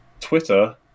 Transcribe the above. Twitter